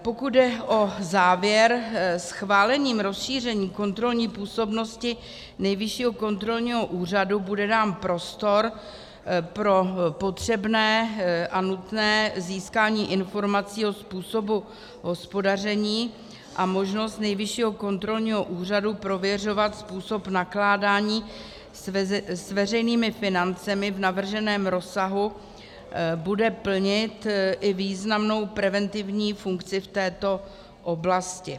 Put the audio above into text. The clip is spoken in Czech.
Pokud jde o závěr, schválením rozšíření kontrolní působnosti Nejvyššího kontrolního úřadu bude dán prostor pro potřebné a nutné získání informací o způsobu hospodaření a možnost Nejvyššího kontrolního úřadu prověřovat způsob nakládání s veřejnými financemi v navrženém rozsahu bude plnit i významnou preventivní funkci v této oblasti.